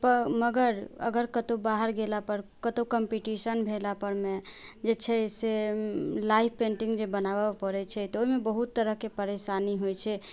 मगर अगर कतौ बाहर गेला पर कतौ कॉम्पीटिशन भेला पर मे जे छै से लाइफ पेन्टिंग जे बनाबऽ पड़ै छै तऽ ओहिमे बहुत तरह के परेशानी होइ छै